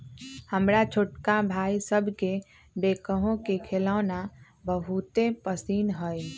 हमर छोटका भाई सभके बैकहो के खेलौना बहुते पसिन्न हइ